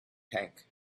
tank